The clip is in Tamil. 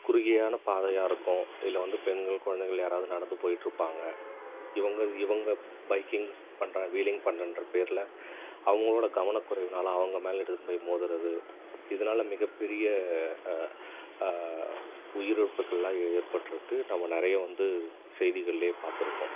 குறுகின பாதையாக இருக்கும் இதில் வந்து பெண்கள் குழந்தைகள் யாராவது நடந்து போய்கிட்டு இருப்பாங்க இவங்க இவங்க பைக்கிங் பண்ணுறேன் வீலிங் பண்ணுறேன்ற பேரில் அவங்களோட கவனக்குறைவினால அவங்க மேலே எடுத்துனு போய் மோதுவது இதனால மிகப்பெரிய உயிர் இழப்புகளெலாம் ஏற்பட்டிருக்கு நம்ம நிறைய வந்து செய்திகளிலே பார்த்துருப்போம்